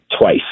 twice